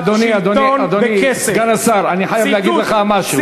אדוני סגן השר, אני חייב להגיד לך משהו.